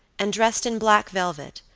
and dressed in black velvet,